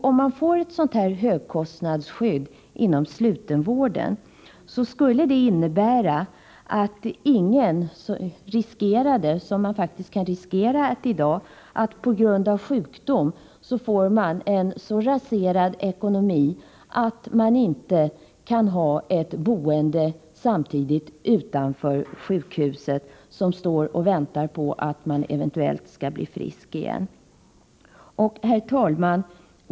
Om man får ett sådant högkostnadsskydd inom den slutna vården skulle det innebära att ingen riskerade, som man faktiskt kan riskera i dag, att på grund av sjukdom få en så raserad ekonomi att man inte utanför sjukhuset samtidigt kan ha en bostad som står och väntar på att man eventuellt skall bli frisk igen. Herr talman!